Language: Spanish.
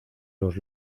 los